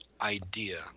idea